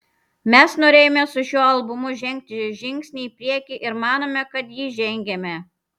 mes norėjome su šiuo albumu žengti žingsnį į priekį ir manome kad jį žengėme